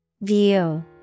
View